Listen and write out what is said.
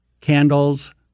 candles